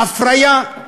הפריה.